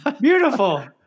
Beautiful